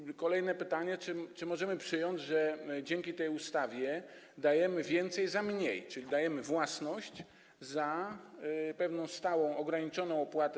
I kolejne pytanie: Czy możemy przyjąć, że dzięki tej ustawie dajemy więcej za mniej, czyli że dajemy własność za pewną stałą ograniczoną opłatę?